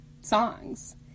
songs